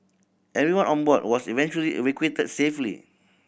everyone on board was eventually evacuated safely